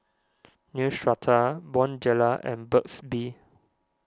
Neostrata Bonjela and Burt's Bee